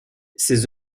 ses